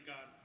God